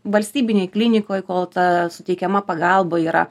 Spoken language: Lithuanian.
valstybinėj klinikoj kol ta suteikiama pagalba yra